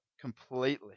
completely